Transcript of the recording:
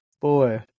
Boy